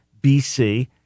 BC